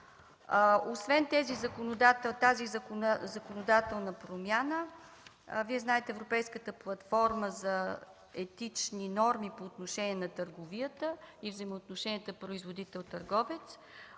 Освен тази законодателна промяна, Вие знаете Европейската платформа за етични норми по отношение на търговията и взаимоотношенията производител–търговец.